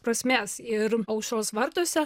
prasmės ir aušros vartuose